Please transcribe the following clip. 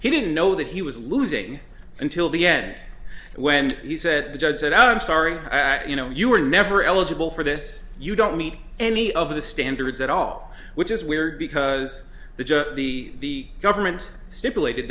he didn't know that he was losing until the end when he said the judge said i'm sorry i thought you know you were never eligible for this you don't meet any of the standards at all which is weird because the judge the government stipulated